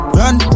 run